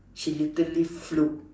she literally flew